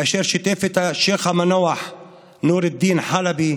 כאשר שיתף את השייח' המנוח נור אלדין אל-חלבי.